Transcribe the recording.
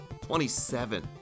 27